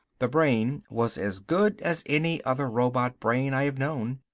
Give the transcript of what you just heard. the brain was as good as any other robot brain i have known,